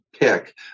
pick